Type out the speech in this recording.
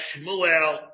Shmuel